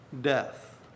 death